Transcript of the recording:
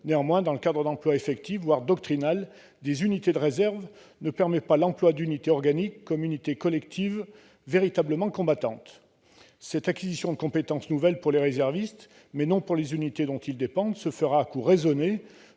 Néanmoins, dans le cadre d'emploi effectif ou doctrinal, les réserves ne sont pas utilisées comme des unités organiques collectives véritablement combattantes. Cette acquisition de compétences nouvelles pour les réservistes, mais non pour les unités dont ils dépendent, se fera à coûts raisonnés,